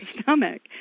stomach